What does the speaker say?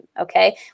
okay